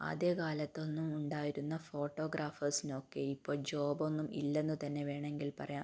ആദ്യ കാലത്തൊന്നും ഉണ്ടായിരുന്ന ഫോട്ടോ ഗ്രാഫേഴ്സിനൊക്കെയും ഇപ്പോൾ ജോബൊന്നും ഇല്ലെന്ന് തന്നെ വേണമെങ്കിൽ പറയാം